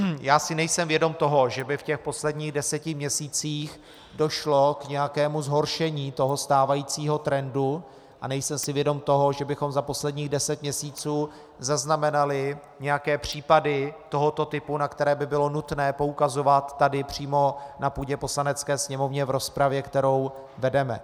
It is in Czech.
Já si nejsem vědom toho, že by v posledních deseti měsících došlo k nějakému zhoršení stávajícího trendu, a nejsem si vědom toho, že bychom za posledních deset měsíců zaznamenali nějaké případy tohoto typu, na které by bylo nutné poukazovat tady, přímo na půdě Poslanecké sněmovny, v rozpravě, kterou vedeme.